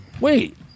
Wait